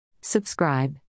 Subscribe